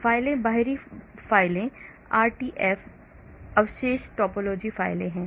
फाइलें बाहरी फाइलें आरटीएफ अवशेष टोपोलॉजी फाइलें हैं